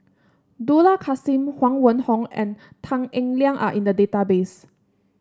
Dollah Kassim Huang Wenhong and Tan Eng Liang are in the database